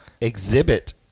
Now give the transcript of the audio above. exhibit